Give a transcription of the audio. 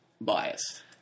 biased